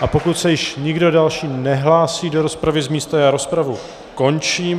A pokud se již nikdo další nehlásí do rozpravy z místa, rozpravu končím.